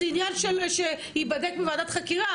זה עניין שייבדק בוועדת חקירה,